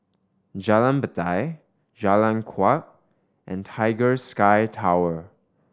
Jalan Batai Jalan Kuak and Tiger Sky Tower